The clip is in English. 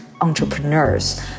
entrepreneurs